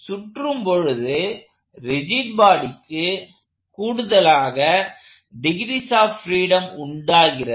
சுற்றும் பொழுது ரிஜிட் பாடிக்கு கூடுதலாக டிகிரீஸ் ஆப் பிரீடம் உண்டாகிறது